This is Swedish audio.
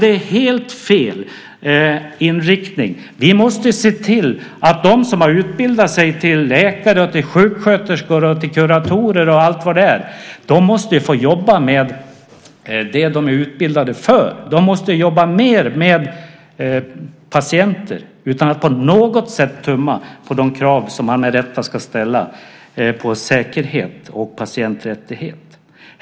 Det är helt fel inriktning. Vi måste se till att de som har utbildat sig till läkare, sjuksköterskor, kuratorer och allt vad det är får jobba med det de är utbildade för. De måste jobba mer med patienter utan att på något sätt tumma på de krav som man med rätta ska ställa på säkerhet och patienträttighet.